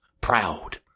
proud